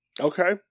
okay